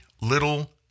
little